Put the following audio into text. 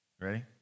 ready